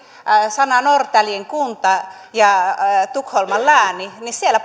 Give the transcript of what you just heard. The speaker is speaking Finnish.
sanat norrtäljen kunta ja tukholman lääni siellä